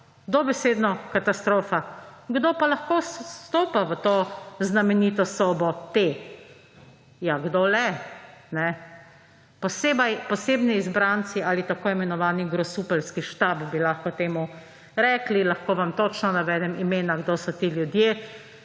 Dobesedno katastrofa. Kdo pa lahko vstopa v to znamenito sobo T? Ja, kdo le? Posebni izbranci ali tako imenovani grosupeljski štab, bi lahko temu rekli. Lahko vam točno navedem imena, kdo so ti ljudje,